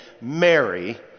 Mary